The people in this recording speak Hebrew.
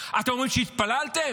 אתם אומרים שהתפללתם?